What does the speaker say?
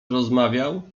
rozmawiał